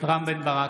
רם בן ברק,